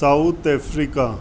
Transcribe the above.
South Africa